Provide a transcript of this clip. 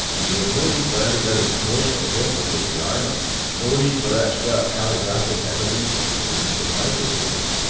and there's no need for any very close or careful looking, either no need for expert calligraphic evidence, or for the use of microscopes.